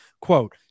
quote